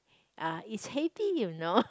uh it's heavy you know